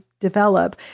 develop